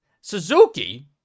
Suzuki